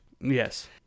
Yes